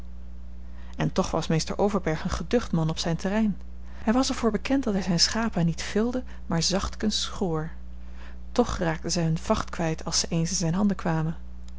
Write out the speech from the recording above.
en toch was mr overberg een geducht man op zijn terrein hij was er voor bekend dat hij zijne schapen niet vilde maar zachtkens schoor toch raakten zij hunne vacht kwijt als ze eens in zijne handen kwamen